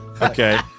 Okay